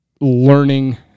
learning